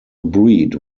breed